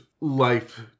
life